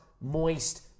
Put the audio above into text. Moist